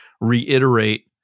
reiterate